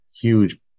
huge